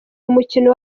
umukino